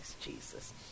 Jesus